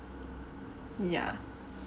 yeah